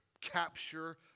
capture